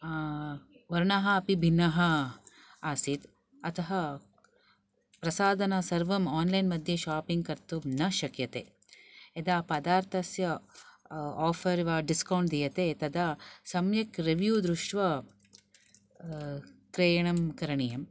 वर्णः अपि भिन्नः आसीत् अतः प्रसाधन सर्वं ओन्लैन् मध्ये कर्तुं न शक्यते यदा पदार्थस्य आफर् वा डिस्कौण्ट् वा दीयते तदा सम्यक् रिव्यु दृष्ट्वा क्रयणं करणीयम्